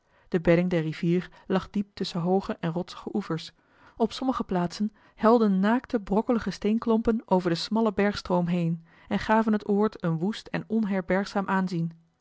de bedding der rivier lag diep tusschen hooge en rotsige oevers op sommige plaatsen helden naakte brokkelige steenklompen over den smallen bergstroom heen en gaven het oord een woest en onherbergzaam aanzien